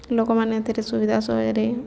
ଲୋକମାନେ ଏଥିରେ ସୁବିଧା ସହଜରେ